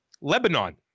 Lebanon